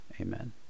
Amen